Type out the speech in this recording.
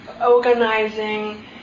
organizing